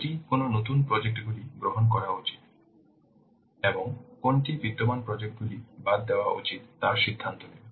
এটি কোন নতুন প্রজেক্ট গুলি গ্রহণ করা উচিত এবং কোনটি বিদ্যমান প্রজেক্ট গুলি বাদ দেওয়া উচিত তাও সিদ্ধান্ত নেবে